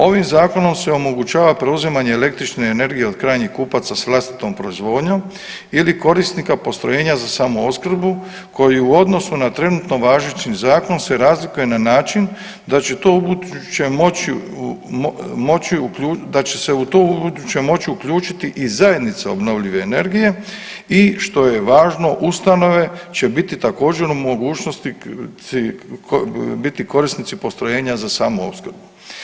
Ovim zakonom se omogućava preuzimanje električne energije od krajnjih kupaca s vlastitom proizvodnjom ili korisnika postrojenja za samoopskrbu koji u odnosu na trenutno važeći zakon se razlikuje na način da će se to u buduće moći uključiti i zajednica obnovljive energije i što je važno ustanove će biti također u mogućnosti biti korisnika postrojenja za samoopskrbu.